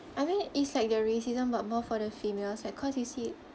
I mean it's like the racism but more for the females like cause you see